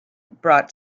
brought